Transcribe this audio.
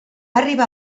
arribar